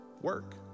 work